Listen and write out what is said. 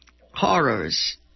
horrors